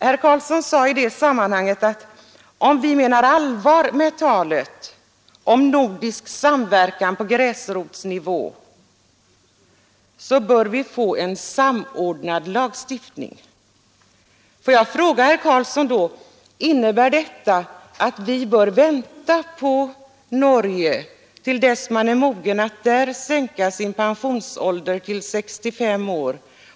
Herr Carlsson sade i det sammanhanget att om vi menar allvar med talet om nordisk samverkan på gräsrotsnivå, så bör vi få en samordnad lagstiftning. Låt mig då fråga herr Carlsson: Innebär detta att vi i den här frågan bör vänta till dess man i Norge är mogen att sänka pensionsåldern till 65 år?